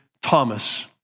Thomas